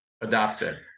adopted